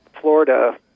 Florida